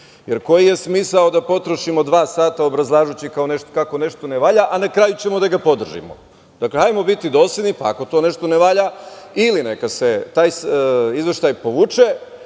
Koji je smisao da potrošimo dva sada obrazlažući kako nešto ne valja, a na kraju ćemo da ga podržimo? Hajde da budemo dosledni pa ako to nešto ne valja ili neka se taj izveštaj povuče